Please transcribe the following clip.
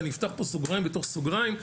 ואני אפתח פה סוגריים בתוך סוגריים,